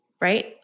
right